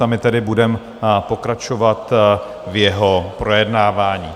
A my tedy budeme pokračovat v jeho projednávání.